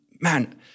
man